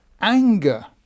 anger